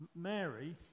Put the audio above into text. Mary